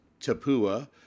Tapua